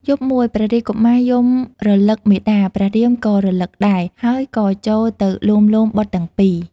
យប់មួយព្រះរាជកុមារយំរលឹកមាតាព្រះរាមក៏រលឹកដែរហើយក៏ចូលទៅលួងលោមបុត្រទាំងពីរ។